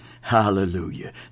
Hallelujah